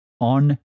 on